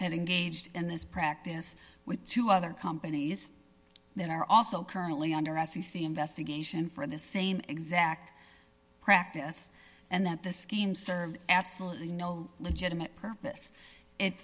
had engaged in this practice with two other companies that are also currently under s c c investigation for the same exact practice and that the scheme served absolutely no legitimate purpose it